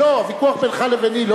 הוויכוח בינך לביני לא,